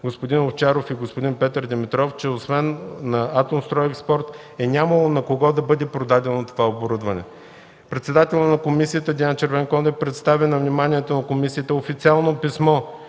господин Овчаров и господин Петър Димитров, че освен на „Атомстройекспорт” е нямало на кого да бъде продадено това оборудване. Председателят на комисията Диан Червенкондев представи на вниманието на комисията официално писмо